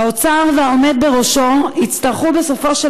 האוצר והעומד בראשו יצטרכו בסופו של